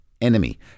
enemy